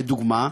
לדוגמה,